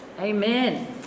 amen